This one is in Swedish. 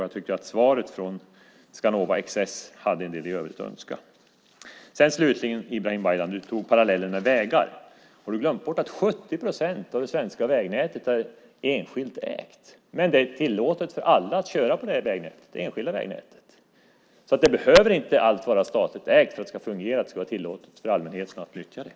Jag tycker att det beträffande svaret från Skanova Access fanns en del övrigt att önska. Slutligen, Ibrahim Baylan, du tog parallellen med vägar. Har du glömt bort att 70 procent av det svenska vägnätet är enskilt ägt? Men det är tillåtet för alla att köra på vägarna i det enskilda vägnätet, så allt behöver inte vara statligt ägt för att det ska fungera och för att det ska vara tillåtet för allmänheten att nyttja det.